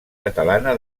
catalana